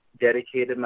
dedicated